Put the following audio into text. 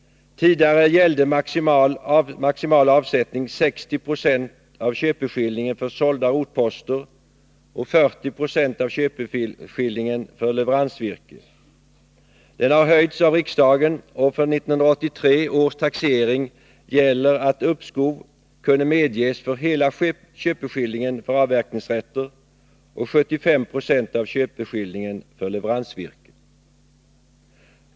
Tidigare gällande maximala avsättning, dvs. 60 96 av köpeskillingen för sålda rotposter och 40 96 av köpeskillingen för leveransvirke, har höjts av riksdagen. För 1983 års taxering gällde att uppskov kunde medges för hela köpeskillingen för avverkningsrätter och för 75 96 av köpeskillingen för leveransvirke.